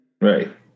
Right